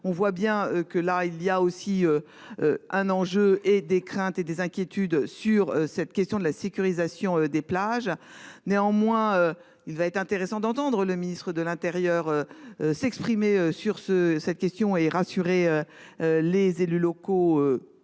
on voit bien que là il y a aussi. Un enjeu et des craintes et des inquiétudes sur cette question de la sécurisation des plages. Néanmoins, il va être intéressant d'entendre le ministre de l'Intérieur. S'exprimer sur ce cette question et rassurer. Les élus locaux